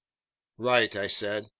right, i said.